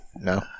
No